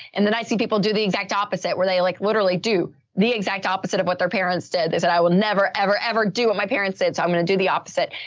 and then i see people do the exact opposite where they like, literally do the exact opposite of what their parents did is that i will never, ever, ever do what my parents did. so i'm going to do the opposite.